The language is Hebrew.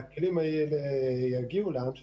והכלים האלה יגיעו לאן שצריך.